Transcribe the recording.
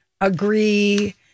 agree